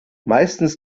meistens